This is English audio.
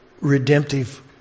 redemptive